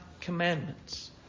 commandments